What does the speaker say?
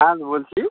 হ্যাঁ বলছি